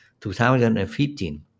2015